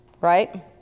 right